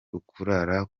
ukurara